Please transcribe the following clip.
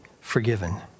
forgiven